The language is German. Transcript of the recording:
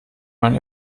man